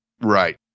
Right